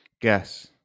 Guess